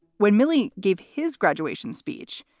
when milley gave his graduation speech,